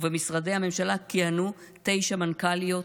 ובמשרדי הממשלה כיהנו תשע מנכ"ליות.